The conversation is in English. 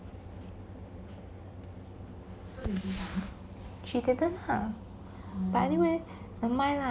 she didn't uh but anyway nevermind lah